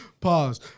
Pause